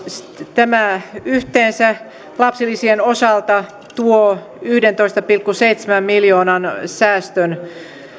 tämä yhteensä lapsilisien osalta tuo yhdentoista pilkku seitsemän miljoonan säästön